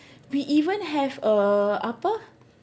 we even have a apa